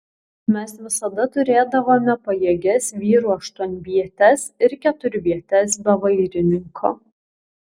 mes visada turėdavome pajėgias vyrų aštuonvietes ir keturvietes be vairininko